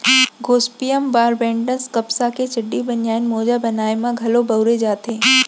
Gossypium barbadense कपसा के चड्डी, बनियान, मोजा बनाए म घलौ बउरे जाथे